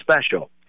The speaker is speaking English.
special